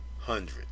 hundred